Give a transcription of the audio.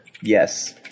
Yes